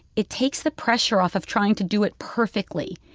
it takes the pressure off of trying to do it perfectly.